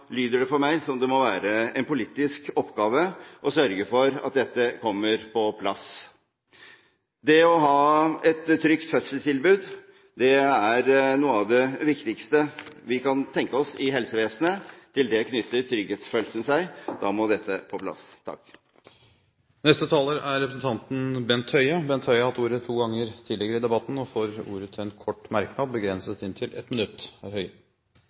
lyder det for meg som om det må være en politisk oppgave å sørge for at dette kommer på plass. Det å ha et trygt fødselstilbud er noe av det viktigste vi kan tenke oss i helsevesenet. Til det knytter trygghetsfølelsen seg. Da må dette på plass. Bent Høie har hatt ordet to ganger tidligere i debatten og får ordet til en kort merknad, begrenset til 1 minutt.